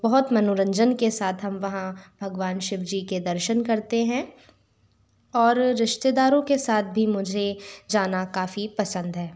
बहुत मनोरंजन के साथ हम वहाँ भगवान शिव जी के दर्शन करते हैं और रिश्तेदारों के साथ भी मुझे जाना काफ़ी पसंद है